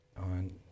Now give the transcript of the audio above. on